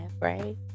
right